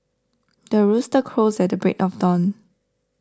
the rooster crows at the break of dawn